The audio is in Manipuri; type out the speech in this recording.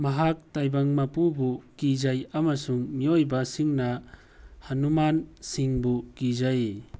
ꯃꯍꯥꯛ ꯇꯥꯏꯕꯪ ꯃꯄꯨꯕꯨ ꯀꯤꯖꯩ ꯑꯃꯁꯨꯡ ꯃꯤꯑꯣꯏꯕꯁꯤꯡꯅ ꯍꯅꯨꯃꯥꯟꯁꯤꯡꯕꯨ ꯀꯤꯖꯩ